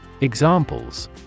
Examples